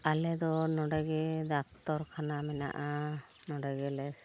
ᱟᱞᱮ ᱫᱚ ᱱᱚᱰᱮ ᱜᱮ ᱰᱟᱠᱛᱚᱨ ᱠᱷᱟᱱᱟ ᱢᱮᱱᱟᱜᱼᱟ ᱱᱚᱰᱮ ᱜᱮᱞᱮ